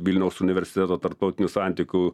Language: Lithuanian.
vilniaus universiteto tarptautinių santykių